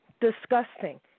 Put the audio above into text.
disgusting